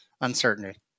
uncertainty